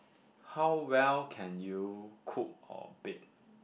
how well can you cook or bake